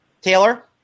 Taylor